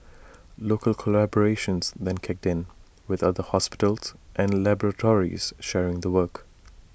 local collaborations then kicked in with other hospitals and laboratories sharing the work